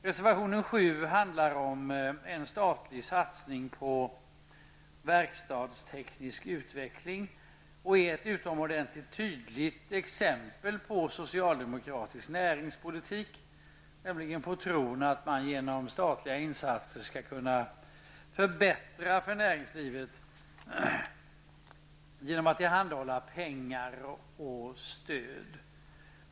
Reservation 7 handlar om en statlig satsning på verkstadsteknisk utveckling och är ett utomordentligt tydligt exempel på socialdemokratisk näringspolitik, nämligen tron att man genom statliga insatser skall kunna förbättra för näringslivet genom att tillhandahålla pengar och ge stöd.